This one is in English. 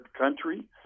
country